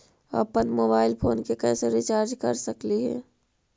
अप्पन mobile phone के कैसे रिचार्ज कर सकली हे?